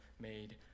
made